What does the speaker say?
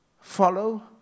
Follow